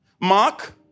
Mark